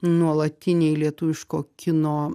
nuolatiniai lietuviško kino